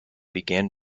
began